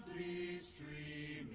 street,